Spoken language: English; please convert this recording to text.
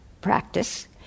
practice